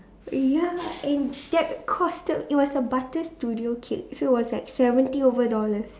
ya and that cost it was a butter studio cake so is was like seventy over dollars